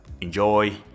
enjoy